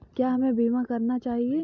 क्या हमें बीमा करना चाहिए?